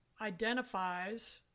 identifies